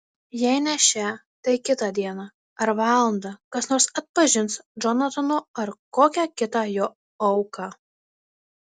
jei ne šią tai kitą dieną ar valandą kas nors atpažins džonataną ar kokią kitą jo auką